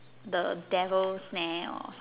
the devil's snare or some